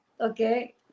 okay